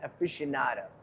aficionado